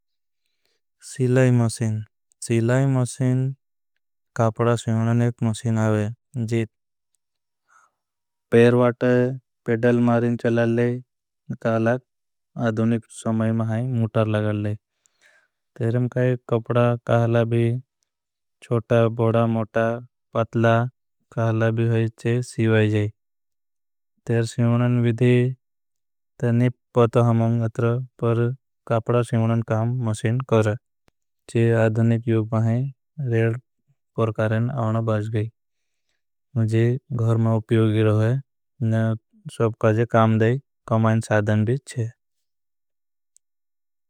सिलाई मशीन कपडा सीवनन एक मशीन आवे। जीत पैर वाट पेडल मारीं चलाले कालाग अधुनिक। समय महाईं मूटर लगाले काई कपडा काहला भी। छोटा, बोड़ा, मोटा, पतला काहला भी होईचे। सीवाईजे सीवनन विधी ते निप पतल हमंग अत्र। पर कपडा सीवनन काम मशीन करें अधुनिक यूग। महाईं रेल पर कारें आवना बाज गई घ़र मां उप्योगी। रोहे सब काजे काम दै कमाईन साधन भी चे।